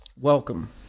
Welcome